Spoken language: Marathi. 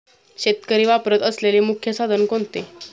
शेतकरी वापरत असलेले मुख्य साधन कोणते?